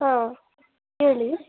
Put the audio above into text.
ಹಾಂ ಹೇಳಿ